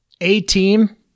A-Team